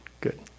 Good